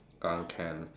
uh can